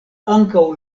ankaŭ